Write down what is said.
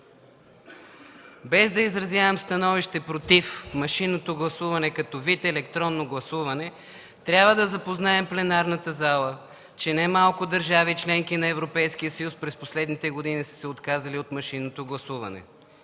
Без да изразявам становище против машинното гласуване като вид електронно гласуване, трябва да запознаем пленарната зала, че немалко държави – членки на Европейския съюз, през последните години са се отказали от машинното гласуване,